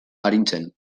arintzen